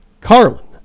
Carlin